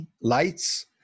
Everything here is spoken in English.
lights